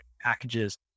packages